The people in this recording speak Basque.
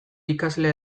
ikasle